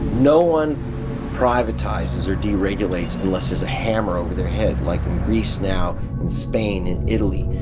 no one privatizes or deregulates unless there's a hammer. over their head, like in greece now, in spain, in italy,